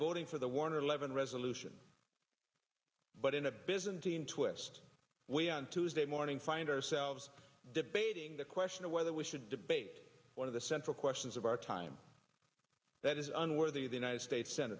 voting for the warner levin resolution but in a byzantine twist we on tuesday morning find ourselves defacing the question of whether we should debate one of the central questions of our time that is unworthy the united states sen